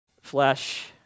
flesh